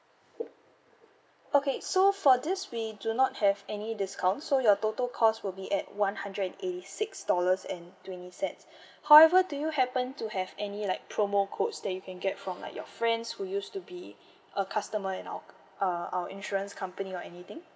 okay so for this we do not have any discount so your total cost will be at one hundred and eighty six dollars and twenty cents however do you happen to have any like promo codes that you can get from like your friends who used to be a customer at our uh our insurance company or anything